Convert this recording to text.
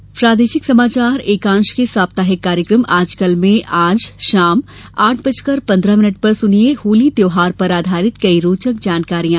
कार्यक्रम सूचना प्रादेशिक समाचार एकांश के साप्ताहिक कार्यक्रम आजकल में आज शाम आठ बजकर पन्द्रह मिनिट पर सुनिये होली त्यौहार पर आधारित कई रोचक जानकारियां